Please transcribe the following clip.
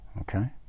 okay